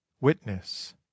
witness